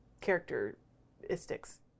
characteristics